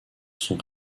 son